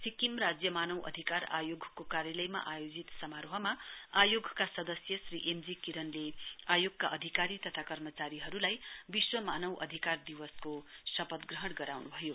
सिक्किम राज्य मानव अधिकार आयोगको कार्यालयमा आयोजित समारोहमा आयोगका सदस्य श्री एम जी किरणले आयोगका अधिकारी तथा कर्मचारीहरूलाई विश्व मानव अधिकार दिवसको शपथ ग्रहण गराउन्भयो